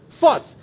fought